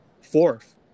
fourth